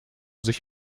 sich